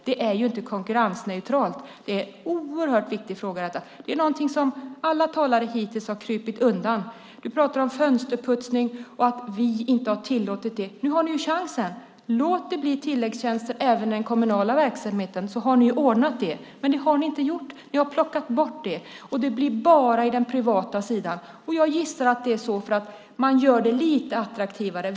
Det är inte konkurrensneutralt. Detta är en oerhört viktig fråga. Det är någonting där alla talare hittills har krupit undan. Du pratar om fönsterputsning och säger att vi inte har tillåtit det. Nu har ni chansen. Låt det bli tilläggstjänster även i den kommunala verksamheten så har ni ordnat det. Men det har ni inte gjort. Ni har plockat bort det, och det blir tillåtet bara inom den privata sidan. Jag gissar att det är så därför att man vill göra det lite attraktivare.